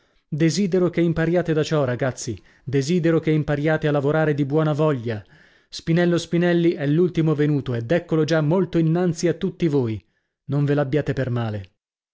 desidero che impariate da ciò ragazzi desidero che impariate a lavorare di buona voglia spinello spinelli è l'ultimo venuto ed eccolo già molto innanzi a tutti voi non ve l'abbiate per male